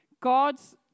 God's